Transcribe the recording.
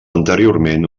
anteriorment